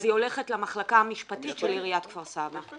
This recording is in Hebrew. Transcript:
אז היא הולכת למחלקה המשפטית של עיריית כפר סבא.